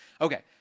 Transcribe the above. Okay